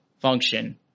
Function